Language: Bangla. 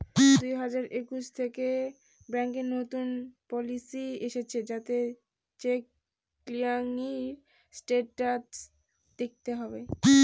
দুই হাজার একুশ থেকে ব্যাঙ্কে নতুন পলিসি এসেছে যাতে চেক ক্লিয়ারিং স্টেটাস দেখাতে হবে